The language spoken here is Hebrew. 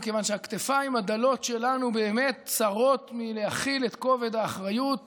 מכיוון שהכתפיים הדלות שלנו באמת צרות מלהכיל את כובד האחריות